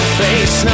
face